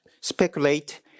speculate